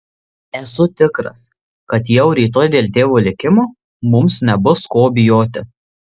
esu tikras kad jau rytoj dėl tėvo likimo mums nebus ko bijoti